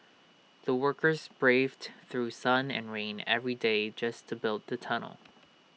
the workers braved through sun and rain every day just to build the tunnel